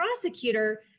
prosecutor